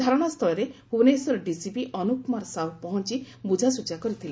ଧାରଣାସ୍ଥଳରେ Bhubaneswar DCP Anup Kumar Sahu ପହଞ୍ ବୁଝାସୁଝା କରିଥିଲେ